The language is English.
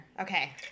Okay